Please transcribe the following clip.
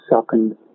second